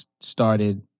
started